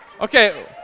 okay